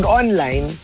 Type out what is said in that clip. online